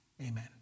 Amen